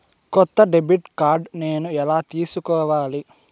కొత్త debit card నేను ఎలా తీసుకోవాలి?